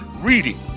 READING